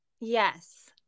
Yes